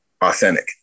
authentic